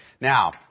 Now